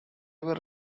were